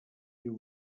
you